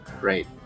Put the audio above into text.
great